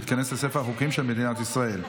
ותיכנס לספר החוקים של מדינת ישראל.